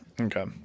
Okay